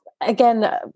again